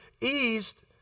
eased